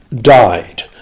died